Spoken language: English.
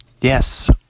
Yes